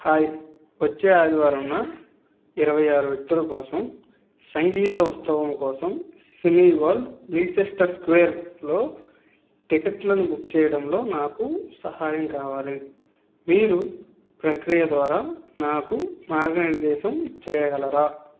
hi వచ్చే ఆదివారం ఇరవై ఆరు వ్యక్తుల కోసం సంగీత ఉత్సవం కోసం సినీవరల్డ్ లీసెస్టర్ స్క్వేర్లో టిక్కెట్లను బుక్ చేయడంలో నాకు సహాయం కావాలి మీరు ప్రక్రియ ద్వారా నాకు మార్గనిర్దేశం చేయగలరా